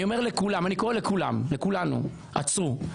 אני קורא לכולם, לכולנו: עצרו.